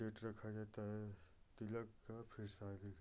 date रखा जाता है तिलक का फिर शादी का